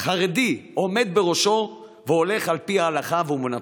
חרדי עומד בראשו והולך על פי ההלכה ואמונתו.